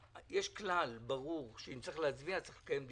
יש כלל ברור, שאם צריך להצביע, צריך לקיים דיון.